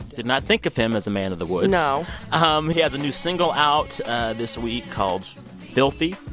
did not think of him as a man of the woods no um he has a new single out this week called filthy.